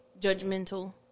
judgmental